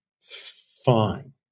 fine